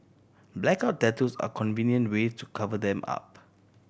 blackout tattoos are convenient way to cover them up